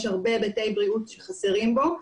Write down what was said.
יש הרבה היבטי בריאות שחסרים בו.